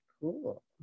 Cool